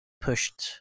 pushed